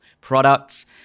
products